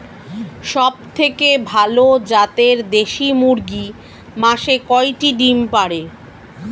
সবথেকে ভালো জাতের দেশি মুরগি মাসে কয়টি ডিম পাড়ে?